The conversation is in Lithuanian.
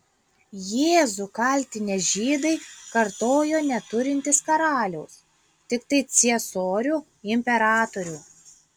jėzų kaltinę žydai kartojo neturintys karaliaus tiktai ciesorių imperatorių